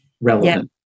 relevant